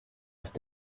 ist